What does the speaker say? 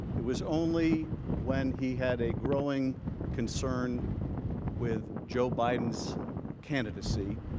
it was only when he had a growing concern with joe biden's candidacy,